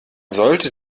sollte